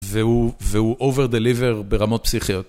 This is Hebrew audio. והוא, והוא אובר דליבר ברמות פסיכיות.